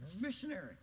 missionary